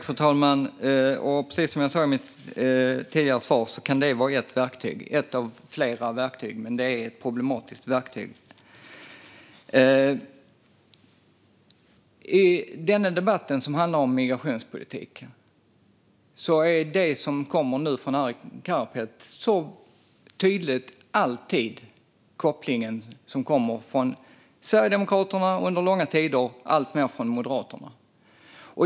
Fru talman! Som jag sa i mitt tidigare svar kan detta vara ett av flera verktyg, men det är ett problematiskt verktyg. I debatten om migrationspolitiken är det som nu kommer från Arin Karapet alltid så tydligt: den koppling som under långa tider gjorts av Sverigedemokraterna och nu alltmer görs av Moderaterna.